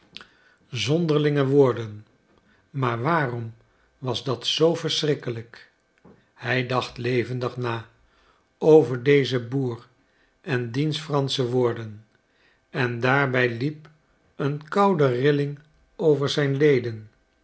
zonderlinge woorden maar waarom was dat zoo verschrikkelijk hij dacht levendig na over dezen boer en diens fransche woorden en daarbij liep een koude rilling door zijn leden